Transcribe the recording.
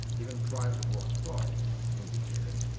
even prior to what freud indicated,